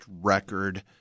record